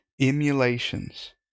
emulations